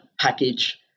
package